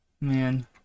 Man